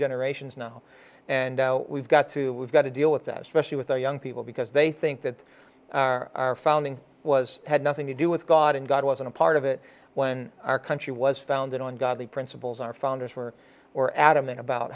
generations now and we've got to we've got to deal with that especially with our young people because they think that our founding was had nothing to do with god and god wasn't a part of it when our country was founded on godly principles our founders were or adamant about